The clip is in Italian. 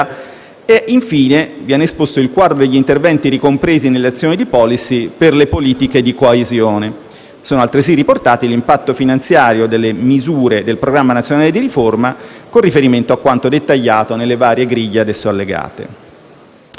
ed infine viene esposto il quadro degli interventi ricompresi nelle azioni di *policy* per le politiche di coesione. Sono altresì riportati l'impatto finanziario delle misure del Programma nazionale di riforma, con riferimento a quanto dettagliato nelle griglie ad esso allegate.